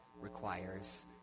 requires